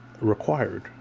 required